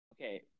Okay